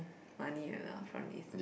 money or not from this